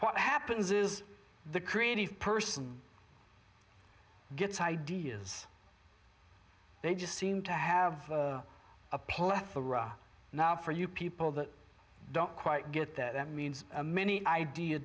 what happens is the creative person gets ideas they just seem to have a plethora now for you people that don't quite get that that means many ideas